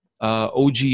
OG